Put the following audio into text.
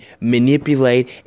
manipulate